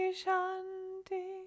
shanti